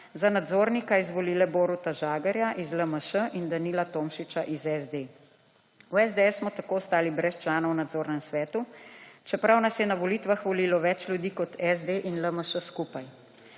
za nadzornika izvolila Boruta Žagarja iz LMŠ in Danila Tomšiča iz SD. V SDS smo tako ostali brez članov v nadzornem svetu, čeprav nas je na volitvah volilo več ljudi kot SD in LMŠ skupaj.